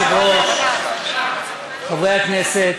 היושב-ראש, חברי הכנסת,